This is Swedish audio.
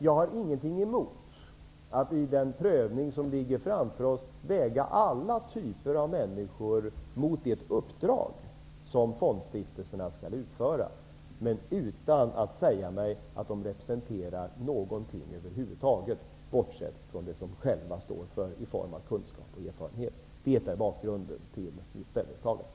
Jag har ingenting emot att i den prövning som ligger framför oss väga alla typer av människor mot det uppdrag som fondstiftelserna skall utföra, men utan att säga mig att de representerar någonting över huvud taget, bortsett från det de själva står för i form av kunskap och erfarenhet. Det är bakgrunden till mitt ställningstagande.